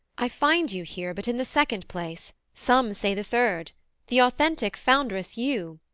i find you here but in the second place, some say the third the authentic foundress you.